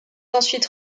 ensuite